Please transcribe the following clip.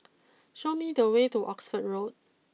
show me the way to Oxford Road